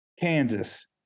Kansas